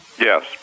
Yes